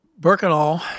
Birkenau